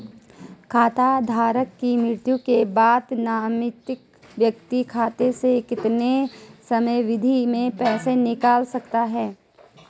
खाता धारक की मृत्यु के बाद नामित व्यक्ति खाते से कितने समयावधि में पैसे निकाल सकता है?